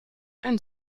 ein